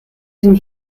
den